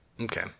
Okay